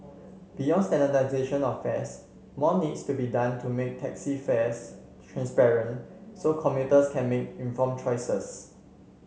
beyond standardisation of fares more needs to be done to make taxi fares transparent so commuters can make inform choices